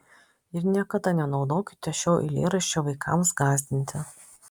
ir niekada nenaudokite šio eilėraščio vaikams gąsdinti